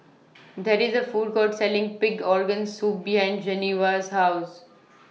There IS The Food Court Selling Pig Organ Soup behind Genoveva's House